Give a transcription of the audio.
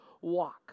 walk